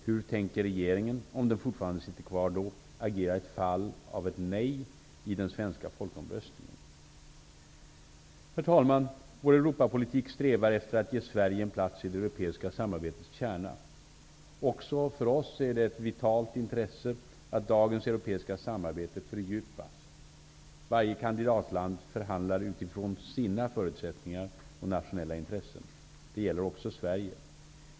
Hur tänker regeringen -- om den fortfarande sitter kvar då -- agera i fall av ett ''nej'' i den svenska folkomröstningen? Herr talman! Vår Europa-politik strävar efter att ge Sverige en plats i det europeiska samarbetes kärna. Också för oss är det ett vitalt intresse att dagens europeiska samarbete fördjupas. Varje kandidatland förhandlar utifrån sina förutsättningar och nationella intressen. Det gäller också Sverige.